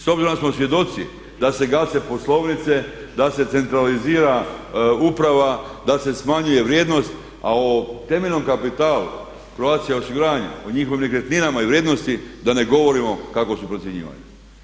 S obzirom da smo svjedoci da se gase poslovnice, da se centralizira uprava, da se smanjuje vrijednost a o temeljnom kapitalu Croatia osiguranja, o njihovim nekretninama i vrijednosti da ne govorimo kako su procjenjivane.